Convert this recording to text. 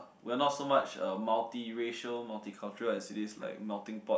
we are not so much a multi racial multi cultural as it is like melting pot